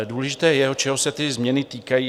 Důležité je, čeho se ty změny týkají.